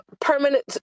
permanent